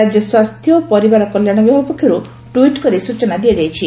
ରାଜ୍ୟ ସ୍ୱାସ୍ଥ୍ୟ ଓ ପରିବାର କଲ୍ୟାଣ ବିଭାଗ ପକ୍ଷରୁ ଟ୍ୱିଟ କରି ଏହି ସୂଚନା ଦିଆଯାଇଛି